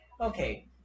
okay